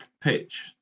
pitch